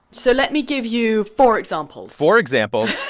so let me give you four examples four examples?